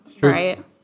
Right